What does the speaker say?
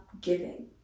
giving